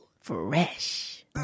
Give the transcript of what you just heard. Fresh